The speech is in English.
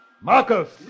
Marcus